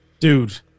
Dude